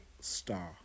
Star